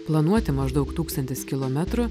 planuoti maždaug tūkstantis kilometrų